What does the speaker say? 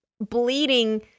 bleeding